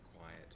quiet